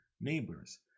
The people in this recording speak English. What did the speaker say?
neighbors